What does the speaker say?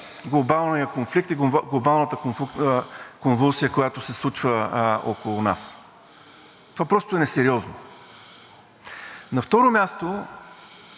глобалният конфликт и глобалната конвулсия, която се случва около нас. Това просто е несериозно. На второ място,